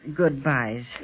goodbyes